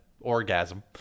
orgasm